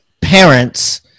parents